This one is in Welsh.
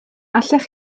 allech